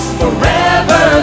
forever